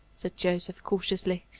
said joseph, cautiously.